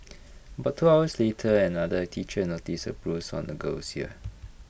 about two hours later another teacher noticed A bruise on the girl's ear